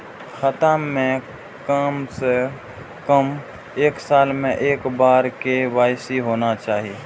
खाता में काम से कम एक साल में एक बार के.वाई.सी होना चाहि?